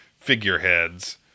figureheads